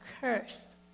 curse